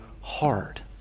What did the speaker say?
hard